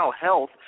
health